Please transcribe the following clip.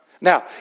Now